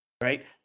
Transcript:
right